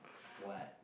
what